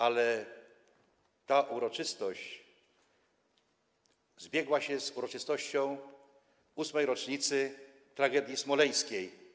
Ale ta uroczystość zbiegła się z uroczystością 8. rocznicy tragedii smoleńskiej.